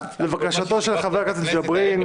לבקשתו של חבר הכנסת ג'ברין,